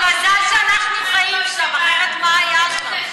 מזל שאנחנו חיים שם, אחרת מה היה שם?